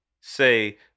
say